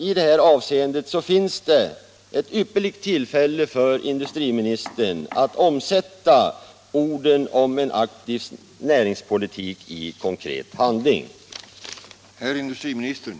I det avseendet finns det här ett ypperligt tillfälle för industriministern att omsätta orden om en aktiv näringspolitik i konkret handling.